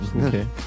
okay